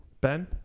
Ben